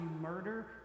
murder